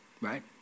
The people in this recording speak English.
right